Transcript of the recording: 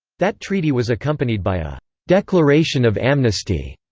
that treaty was accompanied by a declaration of amnesty,